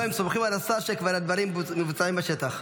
לא, הם סומכים על השר שכבר הדברים מבוצעים בשטח.